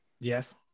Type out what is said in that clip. Yes